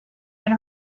and